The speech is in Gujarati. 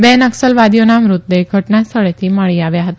બે નકસલવાદીઓના મૃતદેહ ઘટનાસ્થળેથી મળી આવ્યા હતા